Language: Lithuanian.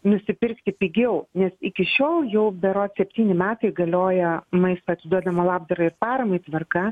nusipirkti pigiau nes iki šiol jau berods septyni metai galioja maisto atiduodama labdarai paramai tvarka